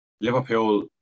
Liverpool